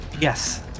Yes